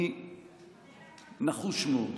אני נחוש מאוד.